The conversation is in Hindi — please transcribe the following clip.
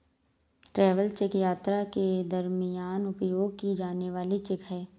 ट्रैवल चेक यात्रा के दरमियान उपयोग की जाने वाली चेक है